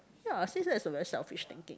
ya I think that is a very selfish thinking